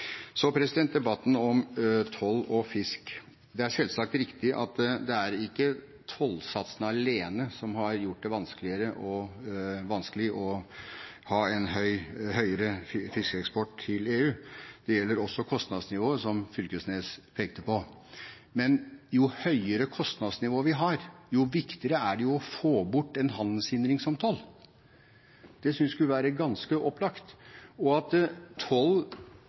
Så debatten om toll og fisk. Det er selvsagt riktig at det er ikke tollsatsene alene som har gjort det vanskelig å ha en høyere fiskeeksport til EU. Det gjelder også kostnadsnivået, som Knag Fylkesnes pekte på. Men jo høyere kostnadsnivå vi har, jo viktigere er det å få bort en handelshindring som toll. Det synes jeg skulle være ganske opplagt. At